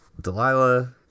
Delilah